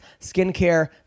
skincare